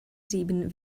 sieben